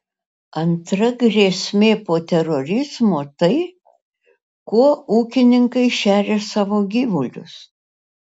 antra grėsmė po terorizmo tai kuo ūkininkai šeria savo gyvulius